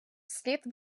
слід